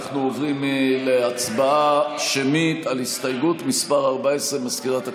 אנחנו עוברים להצבעה שמית על הסתייגות מס' 14. מזכירת הכנסת,